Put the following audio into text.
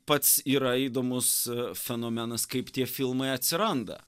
pats yra įdomus fenomenas kaip tie filmai atsiranda